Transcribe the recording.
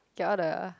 get all the